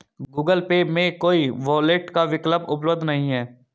Google pay में कोई wallet का विकल्प उपलब्ध नहीं है